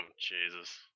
Jesus